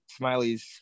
smileys